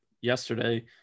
yesterday